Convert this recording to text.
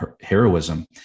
heroism